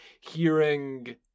hearing